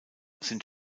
sind